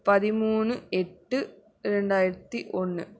பதிமூணு எட்டு இரண்டாயிரத்தி ஒன்று